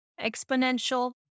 exponential